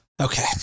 Okay